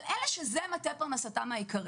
אבל אלה שזה מקור פרנסתם העיקרי,